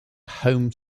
home